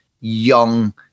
young